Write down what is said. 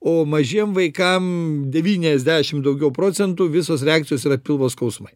o mažiem vaikam devyniasdešim daugiau procentų visos reakcijos yra pilvo skausmai